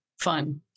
fun